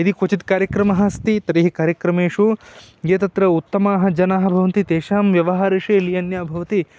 यदि क्वचित् कार्यक्रमः अस्ति तर्हि कार्यक्रमेषु ये तत्र उत्तमाः जनाः भवन्ति तेषां व्यवहारशैली अन्या भवति